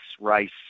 race